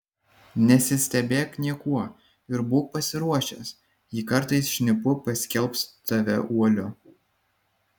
nesistebėk niekuo ir būk pasiruošęs jei kartais šnipu paskelbs tave uoliu